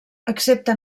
excepte